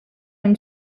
une